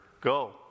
go